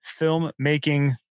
filmmaking